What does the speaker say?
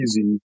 easy